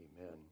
Amen